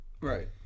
Right